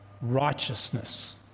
righteousness